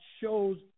shows